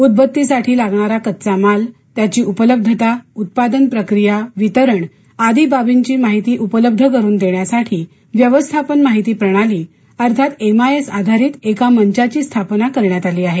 उदबत्ती साठी लागणारा कच्चा माल त्याची उपलब्धता उत्पादन प्रक्रिया वितरण आदि बाबींची माहिती उपलब्ध करून देण्यासाठी व्यवस्थापन माहिती प्रणाली अर्थात एम आय एस आधारित एका मंचाची स्थापना करण्यात आली आहे